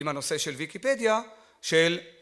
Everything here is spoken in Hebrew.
עם הנושא של ויקיפדיה, של